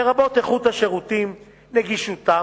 לרבות איכות השירותים, נגישותם,